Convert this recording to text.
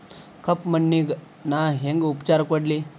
ಕಪ್ಪ ಮಣ್ಣಿಗ ನಾ ಹೆಂಗ್ ಉಪಚಾರ ಕೊಡ್ಲಿ?